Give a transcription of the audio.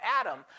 Adam